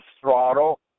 throttle